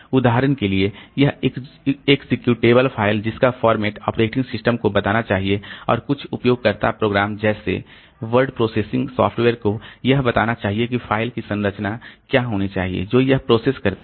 उदाहरण के लिए यह एक्सेक्यूटेबल फ़ाइल जिस का फॉर्मेट ऑपरेटिंग सिस्टम को बताना चाहिए और कुछ उपयोगकर्ता प्रोग्राम जैसे वर्ड प्रोसेसिंग सॉफ्टवेयर को यह बताना चाहिए कि फाइल की संरचना क्या होनी चाहिए जो यह प्रोसेस करती है